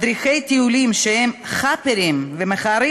מדריכי טיולים שהם חאפערים ומאכערים,